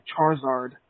Charizard